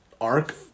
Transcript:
Arc